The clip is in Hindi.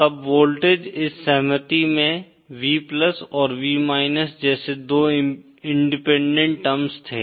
तब वोल्टेज इस सहमति में V और V जैसे दो इंडिपेंडेंट टर्म्स थे